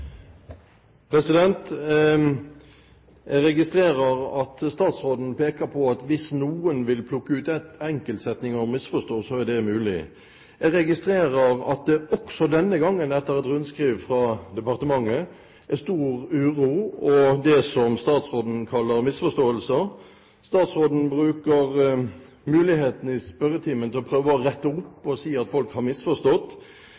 Harberg. Jeg registrerer at statsråden peker på at hvis noen vil plukke ut en enkeltsetning og misforstå, så er det mulig. Jeg registrerer at det også denne gangen etter et rundskriv fra departementet er stor uro og det som statsråden kaller misforståelser. Statsråden bruker muligheten i spørretimen til å prøve å rette